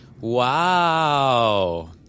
Wow